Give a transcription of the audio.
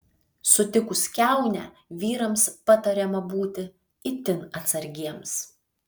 sutikus kiaunę vyrams patariama būti itin atsargiems